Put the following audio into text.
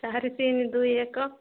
ଚାରି ତିନି ଦୁଇ ଏକ